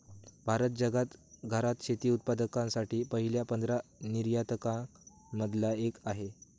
भारत जगात घरात शेती उत्पादकांसाठी पहिल्या पंधरा निर्यातकां न मधला एक आहे